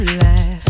laugh